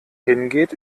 hingeht